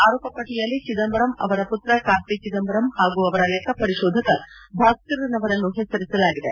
ಆರೋಪ ಪಟ್ಟಿಯಲ್ಲಿ ಚಿದಂಬರಂ ಅವರ ಪುತ್ರ ಕಾರ್ತಿ ಚಿದಂಬರಂ ಹಾಗೂ ಅವರ ಲೆಕ್ಕ ಪರಿಶೋಧಕ ಭಾಸ್ಕ ರನ್ ಅವರನ್ನು ಹೆಸರಿಸಲಾಗಿದೆ